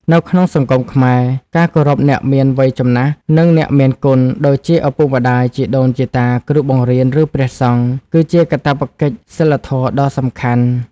នៅក្នុងសង្គមខ្មែរ ការគោរពអ្នកមានវ័យចំណាស់ និងអ្នកមានគុណ ដូចជាឪពុកម្តាយ ជីដូនជីតា គ្រូបង្រៀន ឬព្រះសង្ឃ គឺជាកាតព្វកិច្ចសីលធម៌ដ៏សំខាន់។